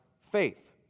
faith